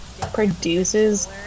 produces